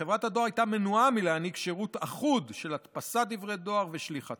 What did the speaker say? חברת הדואר הייתה מנועה מלהעניק שירות אחוד של הדפסת דברי דואר ושליחתם.